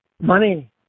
money